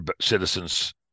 citizens